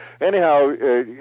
Anyhow